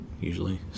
usually